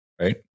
Right